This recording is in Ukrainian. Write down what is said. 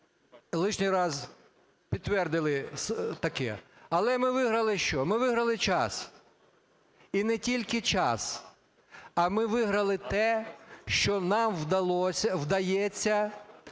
лишній раз підтвердили таке. Але ми виграли що? Ми виграли час, і не тільки час. А ми виграли те, що нам вдається